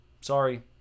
sorry